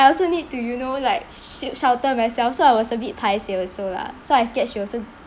I also need to you know like shel~ shelter myself so I was a bit paiseh also lah so I scared she also